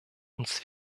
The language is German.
uns